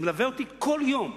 הוא לקח אותי לביקור